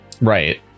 right